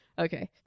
Okay